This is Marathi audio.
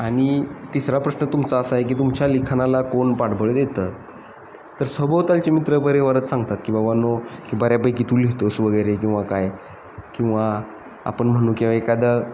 आणि तिसरा प्रश्न तुमचा असा आहे की तुमच्या लिखाणाला कोण पाठबळ देतात तर सभोवतालचे मित्र बरेवरच सांगतात की बाबानो की बऱ्यापैकी तू लिहितोस वगैरे किंवा काय किंवा आपण म्हणू किंवा एखादा